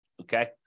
okay